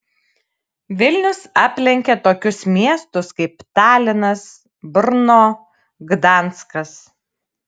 vilnius aplenkė tokius miestus kaip talinas brno gdanskas